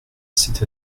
c’est